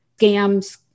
scams